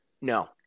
No